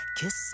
Kiss